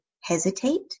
hesitate